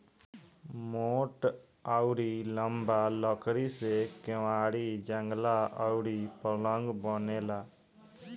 मोट अउरी लंबा लकड़ी से केवाड़ी, जंगला अउरी पलंग बनेला